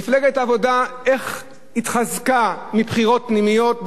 מפלגת העבודה התחזקה מבחירות פנימיות,